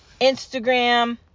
Instagram